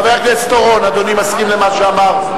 חבר הכנסת אורון, אדוני מסכים למה שאמר?